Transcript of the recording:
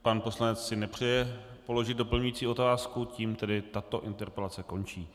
Pan poslanec si nepřeje položit doplňující otázku, tím tedy tato interpelace končí.